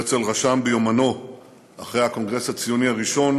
הרצל רשם ביומנו אחרי הקונגרס הציוני הראשון,